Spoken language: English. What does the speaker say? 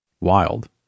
wild